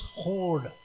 hold